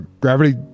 Gravity